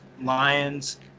Lions